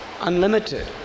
unlimited